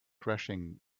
crashing